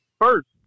First